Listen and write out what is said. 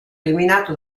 eliminato